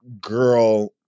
girl